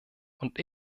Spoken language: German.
und